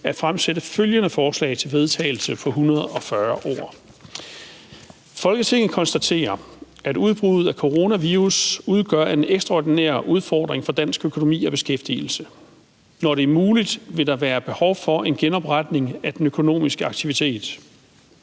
at fremsætte følgende: Forslag til vedtagelse »Folketinget konstaterer, at udbruddet af coronavirus udgør en ekstraordinær udfordring for dansk økonomi og beskæftigelse. Når det er muligt, vil der være behov for en genopretning af den økonomiske aktivitet.